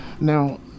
now